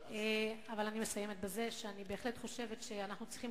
אבל אני מסיימת בזה שאני בהחלט חושבת שאנחנו צריכים